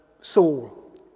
Saul